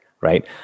right